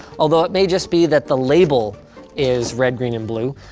although it may just be that the label is red, green, and blue.